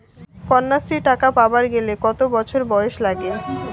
কন্যাশ্রী টাকা পাবার গেলে কতো বছর বয়স লাগে?